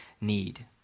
need